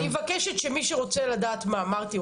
אני מבקשת שמי שרוצה לדעת מה אמרתי,